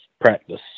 practice